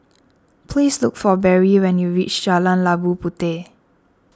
please look for Berry when you reach Jalan Labu Puteh